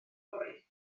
fory